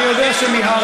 אני יודע שמיהרתם.